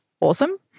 awesome